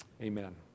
Amen